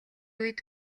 үед